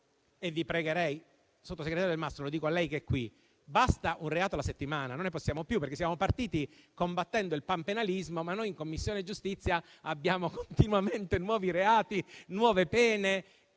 schifezza? Sottosegretario Delmastro, lo dico a lei, che è qui: basta con un reato alla settimana, non ne possiamo più. Siamo partiti combattendo il panpenalismo, ma in Commissione giustizia abbiamo continuamente nuovi reati e nuove pene,